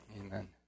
Amen